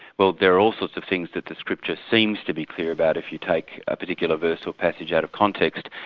well there are all sorts of things that the scripture seems to be clear about if you take a particular verse or passage out of context.